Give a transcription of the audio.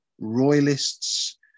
royalists